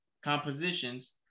compositions